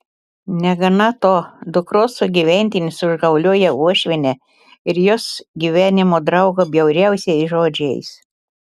negana to dukros sugyventinis užgaulioja uošvienę ir jos gyvenimo draugą bjauriausiais žodžiais